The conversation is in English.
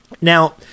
Now